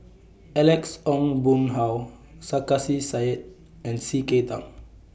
Alex Ong Boon Hau Sarkasi Said and C K Tang